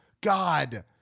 god